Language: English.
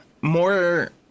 more